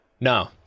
no